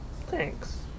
Thanks